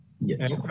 Yes